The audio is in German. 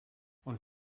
und